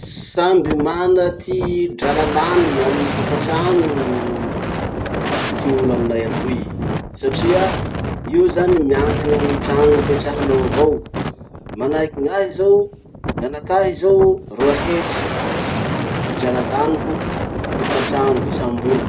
Samby mana ty drala laniny amy hofatrano ty olo aminay atoy. Satria io zany miankina amy trano ipetrahanao avao. Manahaky gn'ahy zao, gn'anakahy zao roa hetsy ty drala laniko amy hofatrano isambola.